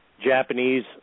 Japanese